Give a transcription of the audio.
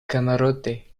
camarote